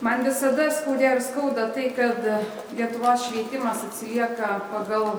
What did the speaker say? man visada skaudėjo ir skauda tai kad lietuvos švietimas atsilieka pagal